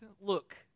look